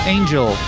Angel